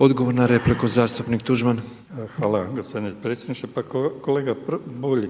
Odgovor na repliku zastupnik Tuđman. **Tuđman, Miroslav (HDZ)** Hvala gospodine predsjedniče. Pa kolega Bulj,